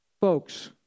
Folks